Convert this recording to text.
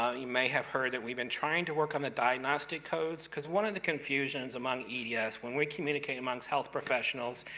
ah you may have heard that we've been trying to work on the diagnostic codes, because one on the confusions among eds yeah when we communicate amongst health professionals,